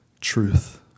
truth